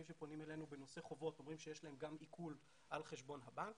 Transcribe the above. שפונים אלינו בנושא חובות אומרים שיש להם גם עיקול על חשבון הבנק.